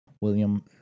William